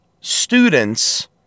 students